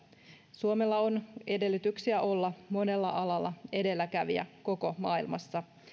suomella on edellytyksiä olla monella alalla edelläkävijä koko maailmassa